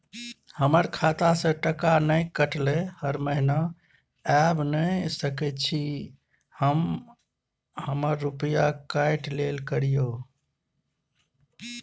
हमर खाता से टका नय कटलै हर महीना ऐब नय सकै छी हम हमर रुपिया काइट लेल करियौ?